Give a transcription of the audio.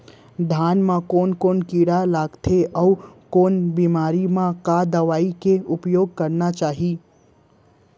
धान म कोन कोन कीड़ा लगथे अऊ कोन बेमारी म का दवई के उपयोग करना चाही?